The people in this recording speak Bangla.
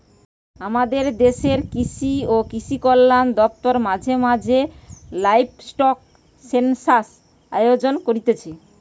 আমদের দেশের কৃষি ও কৃষিকল্যান দপ্তর মাঝে মাঝে লাইভস্টক সেনসাস আয়োজন করতিছে